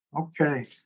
okay